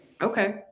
Okay